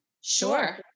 Sure